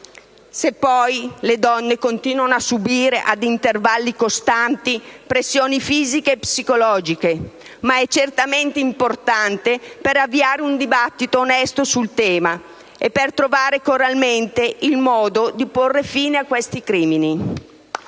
se poi le donne continuano a subire ad intervalli costanti pressioni fisiche e psicologiche, ma è certamente importante per avviare un dibattito onesto sul tema e per trovare coralmente il modo di porre fine a questi crimini.